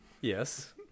Yes